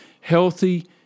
healthy